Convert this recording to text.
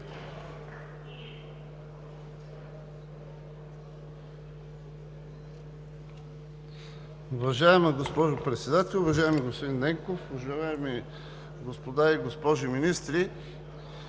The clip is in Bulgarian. Уважаема госпожо Председател, уважаеми господин Ненков, уважаеми господа и госпожи министри!